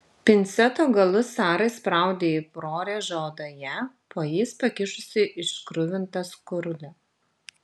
pinceto galus sara įspraudė į prorėžą odoje po jais pakišusi iškruvintą skurlį